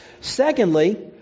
Secondly